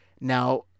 Now